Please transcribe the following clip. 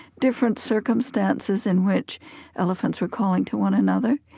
different circumstances in which elephants were calling to one another.